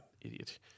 idiot